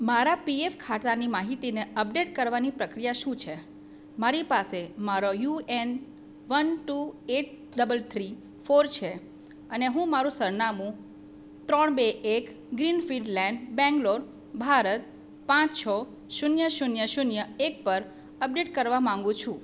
મારા પીએફ ખાતાની માહિતીને અપડેટ કરવાની પ્રક્રિયા શું છે મારી પાસે મારો UAN one two eight double three four છે અને હું મારું સરનામું ત્રણ બે એક ગ્રીનફિલ્ડ લેન્ડ બેંગ્લોર ભારત પાંચ છ શૂન્ય શૂન્ય શૂન્ય એક પર અપડેટ કરવા માગું છું